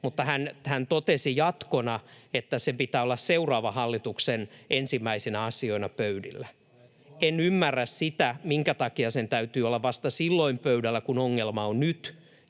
mutta hän totesi jatkona, että sen pitää olla seuraavan hallituksen ensimmäisinä asioina pöydällä. En ymmärrä sitä, minkä takia sen täytyy olla vasta silloin pöydällä, kun ongelma on nyt